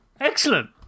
Excellent